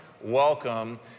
welcome